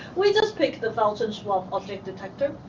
we just pick the felzenswalb object detector.